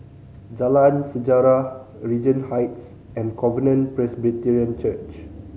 Jalan Sejarah Regent Heights and Covenant Presbyterian Church